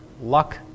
luck